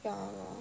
ya lor